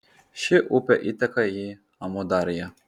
ši upė įteka į amudarją